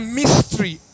mystery